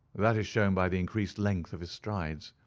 that is shown by the increased length of his strides.